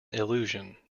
illusion